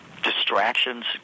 distractions